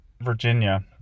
Virginia